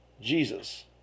jesus